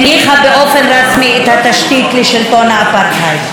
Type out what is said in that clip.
הניחה באופן רשמי את התשתית לשלטון האפרטהייד,